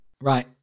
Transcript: Right